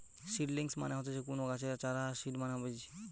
seedlings মানে হচ্ছে কুনো গাছের চারা আর সিড মানে বীজ